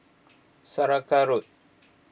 Saraca Road